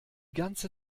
ganze